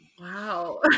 Wow